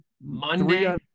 Monday